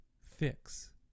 fix